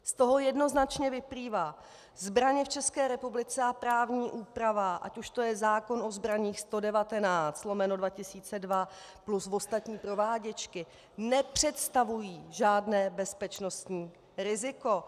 Z toho jednoznačně vyplývá zbraně v České republice a právní úprava, ať už to je zákon o zbraních 111/2002 plus ostatní prováděčky, nepředstavují žádné bezpečnostní riziko.